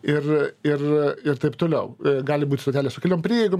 ir ir ir taip toliau gali būt stotelės su keliom prieigom